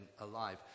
alive